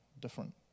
different